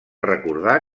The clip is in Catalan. recordar